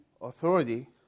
authority